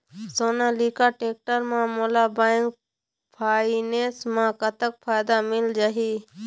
Sonalika tractor म मोला bank finance म कतक फायदा मिल जाही?